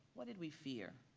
what did we fear?